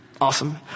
Awesome